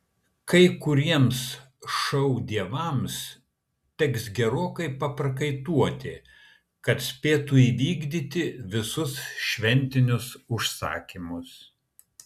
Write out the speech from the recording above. kai kuriems šou dievams teks gerokai paprakaituoti kad spėtų įvykdyti visus šventinius užsakymus